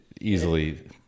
easily